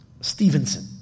Stevenson